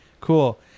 cool